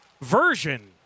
version